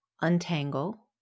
untangle